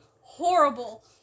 horrible